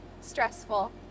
stressful